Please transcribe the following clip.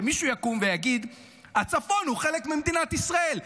שמישהו יקום ויגיד: הצפון היא חלק ממדינת ישראל.